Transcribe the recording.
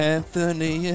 Anthony